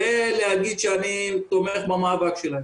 ולהגיד שאני תומך במאבק שלהם.